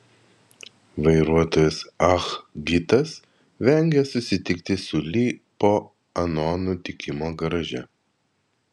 vairuotojas ah gitas vengė susitikti su li po ano nutikimo garaže